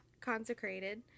consecrated